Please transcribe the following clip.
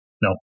no